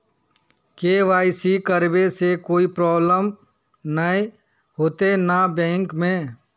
KYC करबे से कोई प्रॉब्लम नय होते न बैंक में?